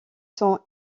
son